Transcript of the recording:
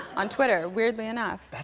on twitter, weirdly enough. that's